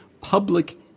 public